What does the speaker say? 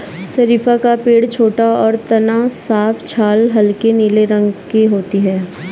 शरीफ़ा का पेड़ छोटा और तना साफ छाल हल्के नीले रंग की होती है